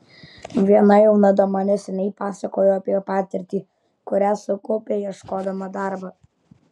viena jauna dama neseniai pasakojo apie patirtį kurią sukaupė ieškodama darbo